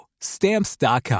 Stamps.com